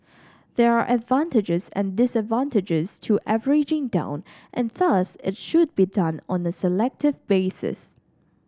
there are advantages and disadvantages to averaging down and thus it should be done on a selective basis